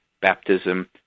baptism